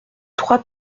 trois